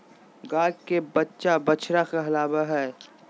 गाय के बच्चा बछड़ा कहलावय हय